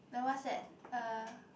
the what's that uh